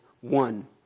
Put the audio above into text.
one